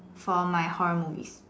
for my horror movie